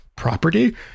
property